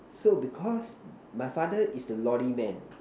so because my father is the lorry man